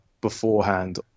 beforehand